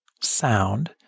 sound